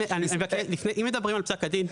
אם מדברים על פסק הדין,